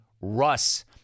Russ